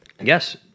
Yes